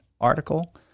article